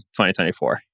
2024